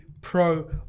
pro